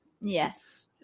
Yes